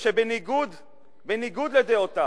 ובניגוד לדעותי,